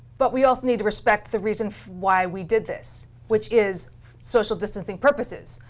but we also need respect the reason why we did this, which is social distancing purposes.